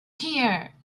here